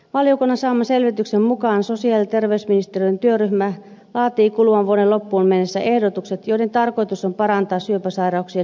valiokunnan saaman selvityksen mukaan sosiaali ja terveysministeriön työryhmä laatii kuluvan vuoden loppuun mennessä ehdotukset joiden tarkoitus on parantaa syöpäsairauksien hoitojärjestelmää